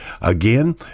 again